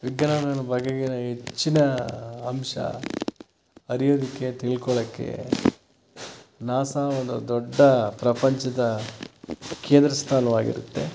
ವಿಜ್ಞಾನದ ಬಗೆಗಿನ ಹೆಚ್ಚಿನ ಅಂಶ ಅರಿಯೋದಕ್ಕೆ ತಿಳ್ಕೊಳ್ಳೋಕ್ಕೆ ನಾಸಾ ಒಂದು ದೊಡ್ಡ ಪ್ರಪಂಚದ ಕೇಂದ್ರ ಸ್ಥಾನವಾಗಿರುತ್ತೆ